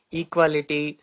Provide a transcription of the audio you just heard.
equality